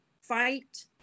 fight